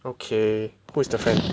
okay who's the friend